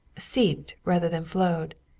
seeped, rather than flowed.